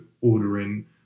ordering